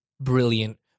brilliant